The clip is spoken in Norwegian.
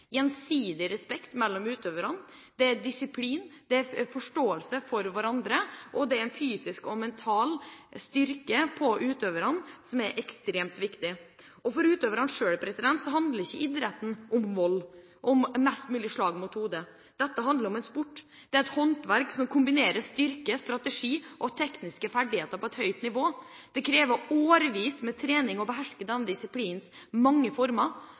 mellom utøverne, det er disiplin, det er forståelse for hverandre, og det er en fysisk og mental styrke på utøverne som er ekstremt viktig. For utøverne selv handler ikke idretten om vold eller om mest mulig slag mot hodet. Dette handler om en sport, et håndverk som kombinerer styrke, strategi og tekniske ferdigheter på et høyt nivå. Det kreves årevis med trening for å beherske denne disiplinens mange former.